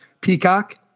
Peacock